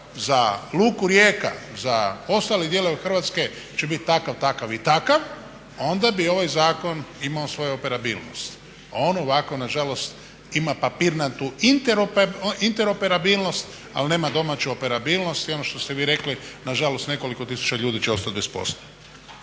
za luku Rijeka, za ostale dijelove Hrvatske će biti takav, takav i takav, onda bi ovaj zakon imao svoju operabilnost a on ovako nažalost ima papirnatu interoperabilnost ali nema domaću operabilnost. I ono što ste vi rekli, nažalost nekoliko tisuća ljudi će ostati bez posla.